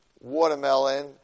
watermelon